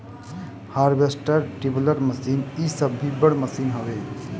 harvester, dibbler machine इ सब भी बड़ मशीन हवे